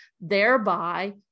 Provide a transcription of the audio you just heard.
thereby